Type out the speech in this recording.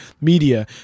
media